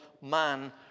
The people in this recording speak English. man